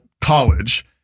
college